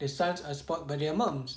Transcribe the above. the sons are spoilt by their mums